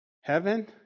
Heaven